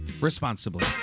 responsibly